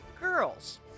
girls